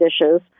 dishes—